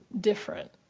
different